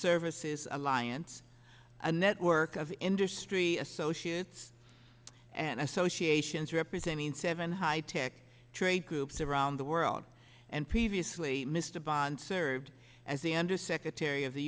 services alliance a network of industry associates and associations representing seven high tech trade groups around the world and previously mr bond served as the undersecretary of the